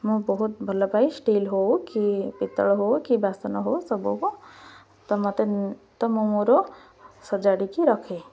ମୁଁ ବହୁତ ଭଲ ପଏ ଷ୍ଟିଲ୍ ହଉ କି ପିତ୍ତଳ ହଉ କି ବାସନ ହଉ ସବୁକୁ ତ ମୋତେ ତ ମୁଁ ମୋର ସଜାଡ଼ିକି ରଖେ